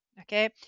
okay